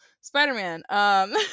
Spider-Man